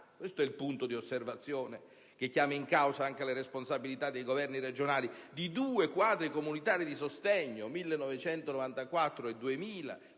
questo è il punto di osservazione che chiama in causa anche le responsabilità dei governi regionali - due Quadri comunitari di sostegno (1994-1999